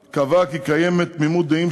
כי היא בסופו של דבר חלק מהיסודות לעתיד בניין העם